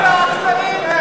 איזה אכזרים.